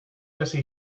jesse